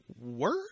word